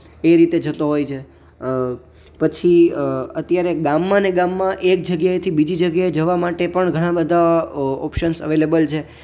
એ રીતે જતો હોય છે પછી અત્યારે ગામમાં ને ગામમાં એક જગ્યાએથી બીજી જગ્યાએ જવા પણ ઘણાં બધાં ઓપ્શન્સ અવેલેબ્લ છે